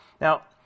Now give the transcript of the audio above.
Now